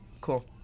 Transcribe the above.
cool